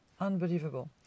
Unbelievable